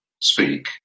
speak